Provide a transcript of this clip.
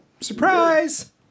Surprise